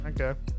Okay